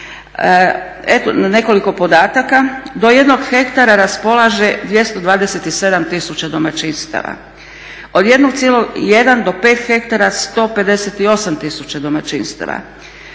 Eto nekoliko podataka, do jednog hektara raspolaže 227 tisuća domaćinstava. Od 1,1 do 5 hektara 158 tisuća domaćinstava.